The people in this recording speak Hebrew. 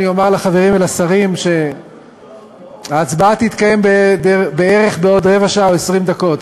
אני אומר לחברים ולשרים שההצבעה תתקיים בערך בעוד רבע שעה או 20 דקות.